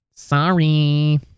Sorry